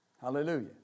Hallelujah